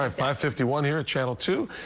um five fifty one here at channel two.